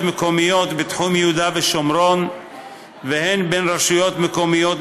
מקומיות בתחום יהודה ושומרון והן בין רשויות מקומיות